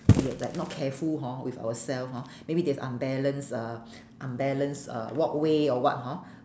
we like not careful hor with ourselves hor maybe there's unbalance uh unbalance uh walkway or what hor